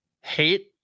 hate